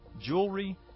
jewelry